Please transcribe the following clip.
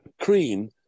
cream